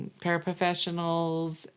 paraprofessionals